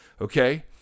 okay